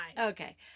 okay